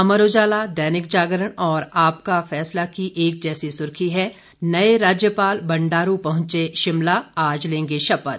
अमर उजाला दैनिक जागरण और आपका फैसला की एक जैसी सुर्खी है नए राज्यपाल बंडारू पहुंचे शिमला आज लेंगे शपथ